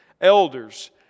elders